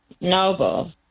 Noble